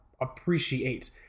appreciate